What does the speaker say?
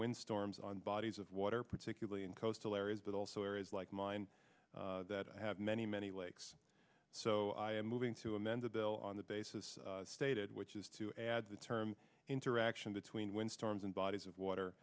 windstorms on bodies of water particularly in coastal areas but also areas like mine that i have many many lakes so i am moving to amend the bill on the basis stated which is to add the term interaction between wind storms and bodies of water